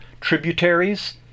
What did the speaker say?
Tributaries